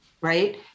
right